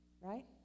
Right